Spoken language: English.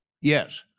yes